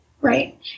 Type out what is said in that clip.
Right